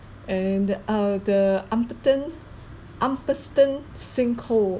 and uh the umpherston umpherston sinkhole